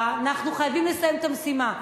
אנחנו חייבים לסיים את המשימה.